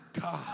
God